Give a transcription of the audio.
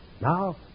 Now